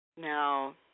Now